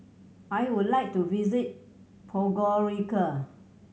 I would like to visit Podgorica